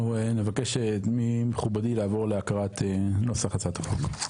אנחנו נבקש ממכובדי לעבור להקראת נוסח הצעת החוק.